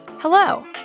Hello